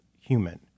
human